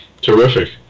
Terrific